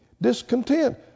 discontent